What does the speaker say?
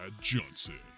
Johnson